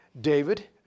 David